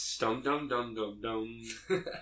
Dum-dum-dum-dum-dum